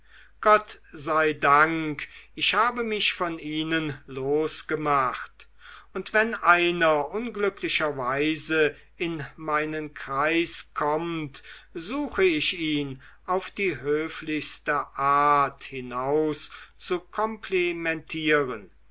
gott sei dank ich habe mich von ihnen losgemacht und wenn einer unglücklicherweise in meinen kreis kommt suche ich ihn auf die höflichste art hinauszukomplimentieren